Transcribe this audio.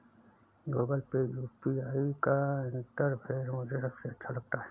Google Pay UPI का interface मुझे सबसे अच्छा लगता है